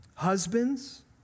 Husbands